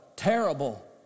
terrible